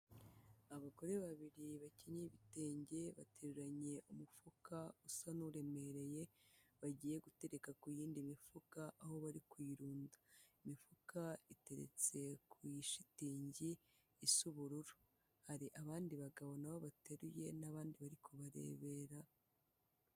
Abagore babiri bakenyeye ibitenge bateruranye umufuka usa n'uremereye, bagiye gutereka ku yindi mifuka aho bari kuyirunda, imifuka iteretse ku ishitingi isa ubururu, hari abandi bagabo nabo bateruye n'abandi bari kubarebera.